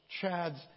Chad's